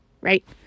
right